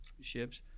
ships